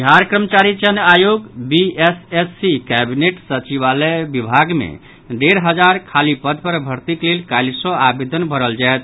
बिहार कर्मचारी चयन आयोग बीएसएससी कैबिनेट सचिवालय विभाग मे डेढ़ हजार खाली पद पर भर्तीक लेल काल्हि सॅ आवेदन भरल जायत